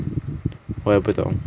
我也不懂